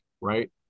right